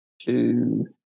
two